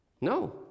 No